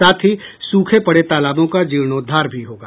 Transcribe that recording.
साथ ही सूखे पड़े तालाबों का जीर्णोद्वार भी होगा